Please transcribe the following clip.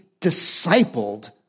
discipled